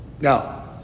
Now